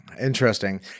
Interesting